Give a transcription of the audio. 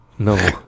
No